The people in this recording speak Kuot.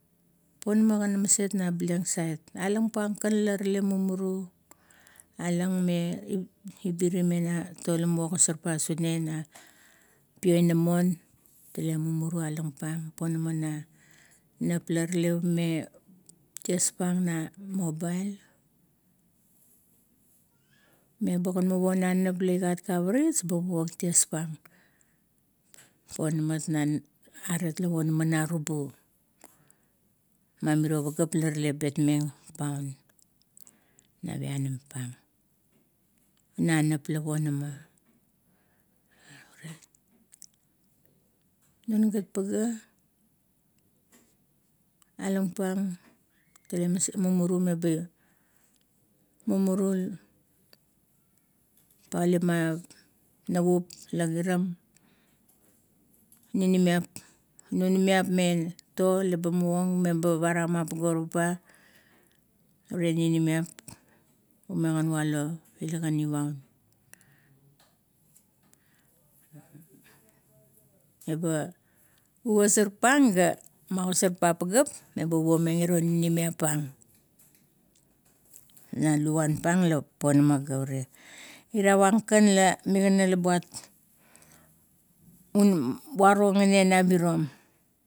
Ponamagan maset na blangsait, balang pang kan la rale mumurui. Alang me ibiri me tia, lanamo ogosar pang sune na pioinamon, tale mumuru alang pan, ponama na neap la rale me ties pang na mobail, pame ga muvo na nap la ame kavarits, ga mavor ties pang. Ponamat na, are la bonama na arubu, ma miro pageap la rale betmeng paun, na pianam pang na nap la ponama. Non gat pagea, alang pang tale maset mumuru meba, mumuru papaulip man navup la giram ninimiap, nunumuap metot meba parang manigurupba, ure ninimiap umegan ualo ila gani vaun. Eba ugosarpang ga magosar pang pageap meba pua iang iro ninimiap pang na luvuan pang la ponama go ira. Irava la migana la biat varo gane na virom.